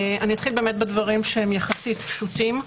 אני אתחיל באמת בדברים שהם יחסית פשוטים.